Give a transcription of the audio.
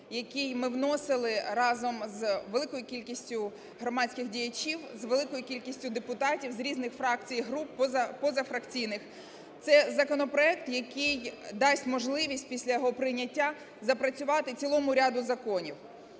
який ми вносили разом з великою кількістю громадських діячів, з великою кількістю депутатів з різних фракцій і груп, позафракційних. Це законопроект, який дасть можливість після його прийняття запрацювати цілому ряду законів,